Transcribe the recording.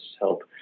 help